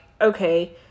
okay